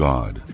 God